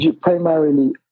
primarily